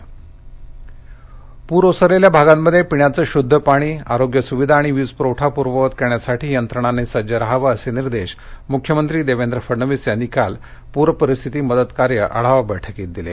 मुख्यमंत्री पूर ओसरलेल्या भागांमध्ये पिण्याचे शुद्ध पाणीआरोग्य सुविधा आणि वीज पुरवठा पुर्ववत करण्यासाठी यंत्रणांनी सज्ज रहावेअसे निर्देश मुख्यमंत्री देवेंद्र फडणवीस यांनी काल पूर परिस्थिती मदतकार्य आढावा बैठकीत दिले